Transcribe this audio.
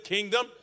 Kingdom